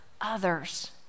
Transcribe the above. others